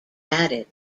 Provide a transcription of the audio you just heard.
added